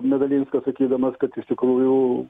medalinskas sakydamas kad iš tikrųjų